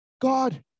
God